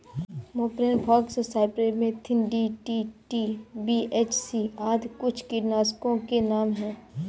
propane फॉक्स, cypermethrin, DDT, BHC आदि कुछ कीटनाशकों के नाम हैं